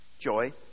joy